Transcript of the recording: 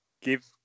Give